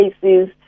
cases